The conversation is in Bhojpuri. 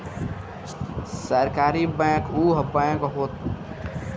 सहकारी बैंक उ बैंक होत हवे जेकर गठन अउरी कामधाम सहकारिता पे होत हवे